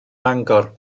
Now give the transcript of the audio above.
mangor